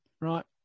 Right